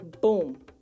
boom